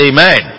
Amen